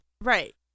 Right